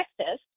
Texas